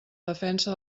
defensa